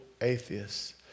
atheists